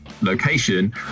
location